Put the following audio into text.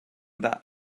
that